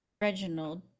Reginald